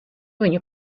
viņu